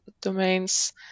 domains